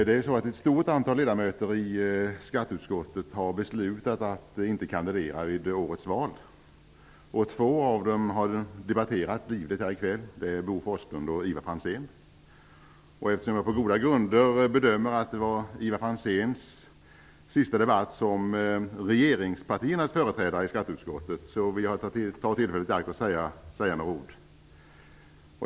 Herr talman! Det är ett stort antal ledamöter i skatteutskottet som har beslutat att inte kandidera i årets val. Två av dessa har debatterat livligt här i kväll, nämligen Bo Forslund och Ivar Franzén. Eftersom jag på goda grunder bedömer att detta var Ivar Franzéns sista debatt som regeringspartiernas företrädare i skatteutskottet, vill jag ta tillfället i akt och säga några ord.